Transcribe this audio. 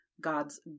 god's